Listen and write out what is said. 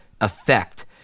effect